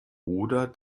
oder